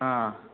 ആ